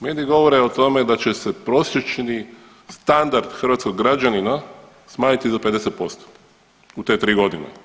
Mediji govore o tome da će se prosječni standard hrvatskog građanina smanjiti za 50% u te 3 godine.